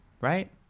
right